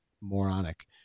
moronic